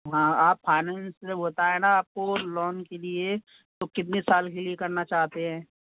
हाँ आप फायनेंस जब होता है ना आपको लोन के लिए तो कितने साल के लिए करना चाहते हैं